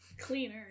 Cleaner